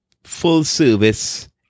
full-service